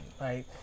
right